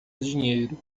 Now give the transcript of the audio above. dinheiro